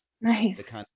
Nice